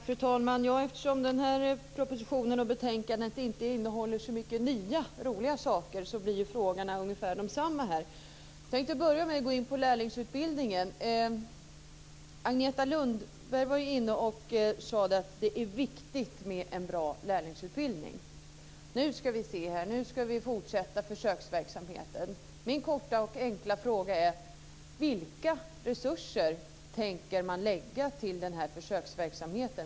Fru talman! Eftersom varken propositionen eller betänkandet innehåller så många nya, roliga saker, så blir frågorna ungefär desamma. Jag vill börja med att diskutera lärlingsutbildningen. Agneta Lundberg sade att det är viktigt med en bra lärlingsutbildning och att försöksverksamheten ska fortsätta. Min korta och enkla fråga är: Vilka resurser tänker man lägga på den här försöksverksamheten?